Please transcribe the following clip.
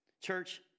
Church